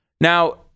Now